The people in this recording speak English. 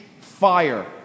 fire